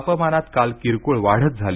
तापमानात काल किरकोळ वाढच झाली